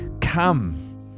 come